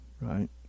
right